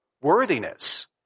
worthiness